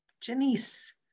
Janice